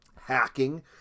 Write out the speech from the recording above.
hacking